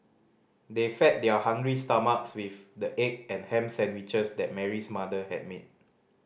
they fed their hungry stomachs with the egg and ham sandwiches that Mary's mother had made